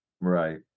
Right